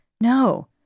no